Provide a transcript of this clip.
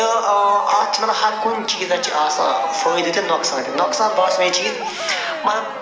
تہٕ اَتھ چھِ مطلب ہر کُنہِ چیٖزَس چھِ آسان فٲیدٕ تہِ نۄقصان تہِ نۄقصان باسیو مےٚ مطلب